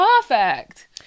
perfect